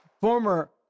former